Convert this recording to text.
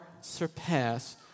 surpass